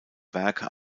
werke